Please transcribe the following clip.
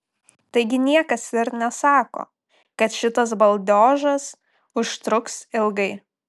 taigi niekas ir nesako kad šitas baldiožas užtruks ilgai